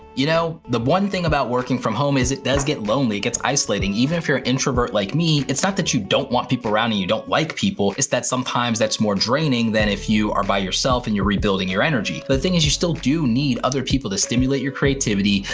you know, the one thing about working from home is it does get lonely, it gets isolating. even if you're an introvert like me, it's not that you don't want people around and you don't like people, it's that sometimes that's more draining than if you are by yourself and you're rebuilding your energy. the thing is you still do need other people to stimulate your creativity,